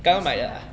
不是啦